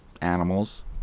animals